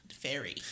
fairy